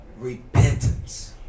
Repentance